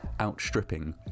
outstripping